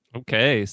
okay